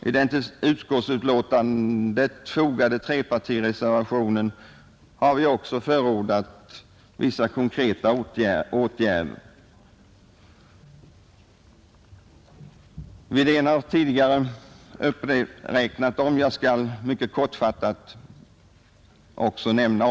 I den till utskottsbetänkandet fogade trepartireservationen har vi också förordat vissa konkreta åtgärder. Herr Wedén har tidigare berört dem, och jag skall mycket kortfattat rekapitulera.